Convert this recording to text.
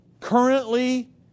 Currently